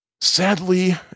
Sadly